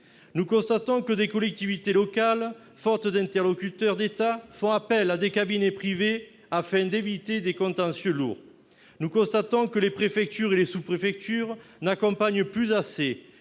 Nous constatons que des collectivités locales, faute d'interlocuteurs d'État, font appel à des cabinets privés afin d'éviter des contentieux lourds. Nous notons que les préfectures et les sous-préfectures n'accompagnent plus assez,